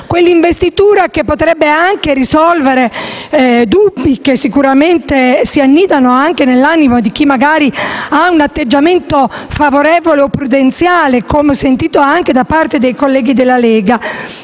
e unitaria che potrebbe anche risolvere i dubbi che sicuramente si annidano nell'animo di chi - magari - ha un atteggiamento favorevole o prudenziale, come ho sentito dire dai colleghi della Lega